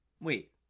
Wait